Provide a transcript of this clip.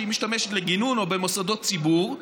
שהיא משתמשת בהם לגינון או במוסדות ציבור,